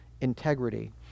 integrity